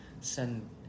send